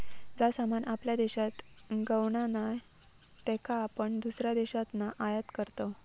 जा सामान आपल्या देशात गावणा नाय त्याका आपण दुसऱ्या देशातना आयात करतव